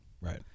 Right